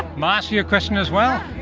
may i ask you a question as well?